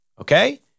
Okay